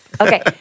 Okay